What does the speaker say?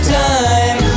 time